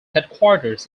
headquarters